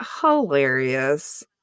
hilarious